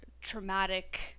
traumatic